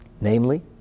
Namely